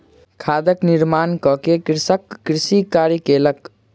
खादक निर्माण कय के कृषक कृषि कार्य कयलक